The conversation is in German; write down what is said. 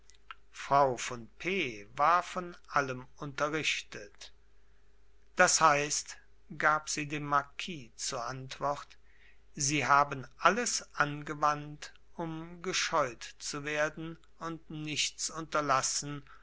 frau von p war von allem unterrichtet das heißt gab sie dem marquis zur anwort sie haben alles angewandt um gescheut zu werden und nichts unterlassen